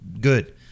good